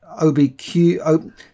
OBQ